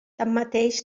tanmateix